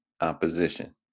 opposition